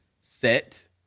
set